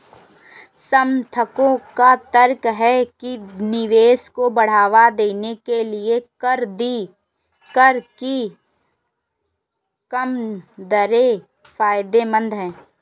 समर्थकों का तर्क है कि निवेश को बढ़ावा देने के लिए कर की कम दरें फायदेमंद हैं